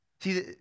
See